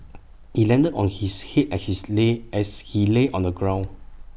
IT landed on his Head as he lay on the ground